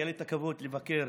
היה לי הכבוד לבקר